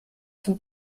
zum